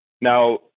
Now